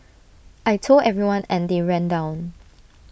I Told everyone and they ran down